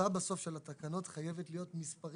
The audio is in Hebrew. שבסוף התוצאה של התקנות חייבת להיות מספרית